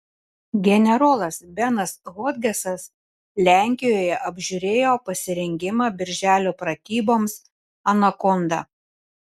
generolas benas hodgesas lenkijoje apžiūrėjo pasirengimą birželio pratyboms anakonda